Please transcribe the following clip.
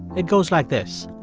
it goes like this.